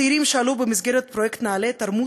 הצעירים שעלו במסגרת פרויקט נעל"ה תרמו